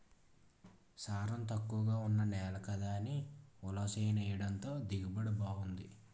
సారం తక్కువగా ఉన్న నేల కదా అని ఉలవ చేనెయ్యడంతో దిగుబడి బావుంది